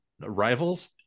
rivals